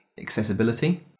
accessibility